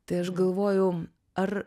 tai aš galvoju ar